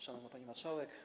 Szanowna Pani Marszałek!